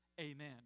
amen